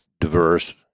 diverse